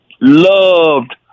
loved